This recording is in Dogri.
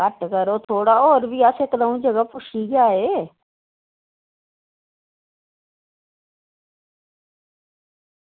घट्ट करो थोह्ड़ा होर बी अस इक द'ऊं जगह पुच्छियै आए